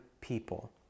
people